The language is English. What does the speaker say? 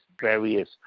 various